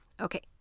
Okay